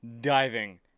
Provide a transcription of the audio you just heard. diving